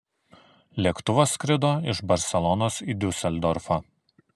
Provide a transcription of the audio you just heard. lėktuvas skrido iš barselonos į diuseldorfą